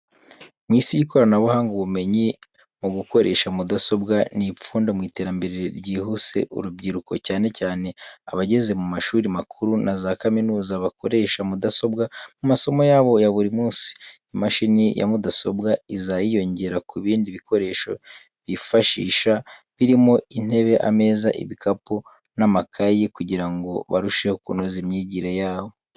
Mu isi y'ikoranabuhanga, ubumenyi mu gukoresha mudasobwa ni ipfundo mu iterambere ryihuse. Urubyiruko, cyane cyane abageze mu mashuri makuru na za kaminuza, bakoresha mudasobwa mu masomo yabo ya buri munsi. Imashini ya mudasobwa iza yiyongera ku bindi bikoresho bifashisha birimo intebe, ameza, ibikapu n'amakayi kugira ngo barusheho kunoza imyigire yabo.